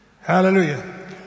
Hallelujah